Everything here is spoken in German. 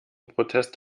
protest